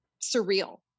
surreal